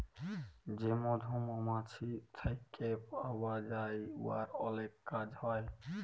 যে মধু মমাছি থ্যাইকে পাউয়া যায় উয়ার অলেক কাজ হ্যয়